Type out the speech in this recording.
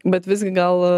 bet visgi gal